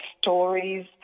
stories